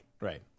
right